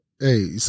hey